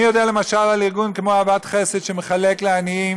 אני יודע למשל על ארגון כמו "אהבת חסד" שמחלק לעניים,